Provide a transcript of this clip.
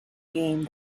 game